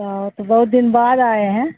تو تو بہت دن بعد آئے ہیں